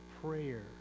prayer